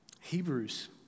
Hebrews